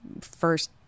first